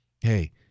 hey